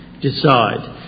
decide